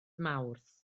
mawrth